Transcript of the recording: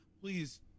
please